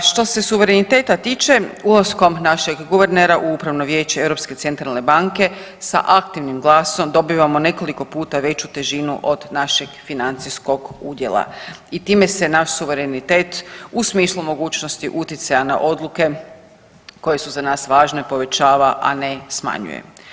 Što se suvereniteta tiče, ulaskom našeg guvernera u Upravno vijeće Europske centralne banke sa aktivnim glasom dobivamo nekoliko puta veću težinu od našeg financijskog udjela i time se naš suverenitet u smislu mogućnosti utjecaja na odluke koje su za nas važne povećava, a ne smanjuje.